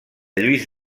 lluís